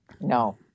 No